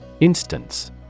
Instance